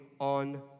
on